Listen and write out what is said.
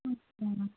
ம் ம்